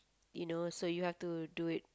you know so you have to do it